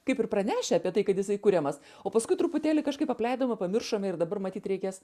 kaip ir pranešę apie tai kad jisai kuriamas o paskui truputėlį kažkaip apleidome pamiršome ir dabar matyt reikės